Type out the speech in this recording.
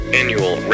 annual